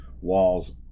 walls